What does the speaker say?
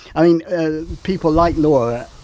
i mean ah people like lora,